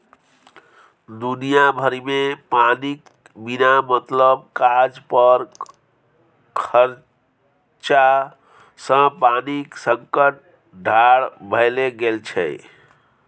दुनिया भरिमे पानिक बिना मतलब काज पर खरचा सँ पानिक संकट ठाढ़ भए गेल छै